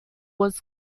was